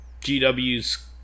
GW's